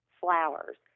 flowers